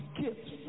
gifts